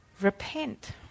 Repent